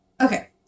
Okay